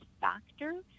factor